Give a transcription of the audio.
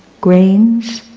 grains,